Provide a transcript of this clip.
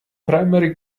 primary